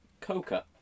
Coca